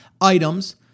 items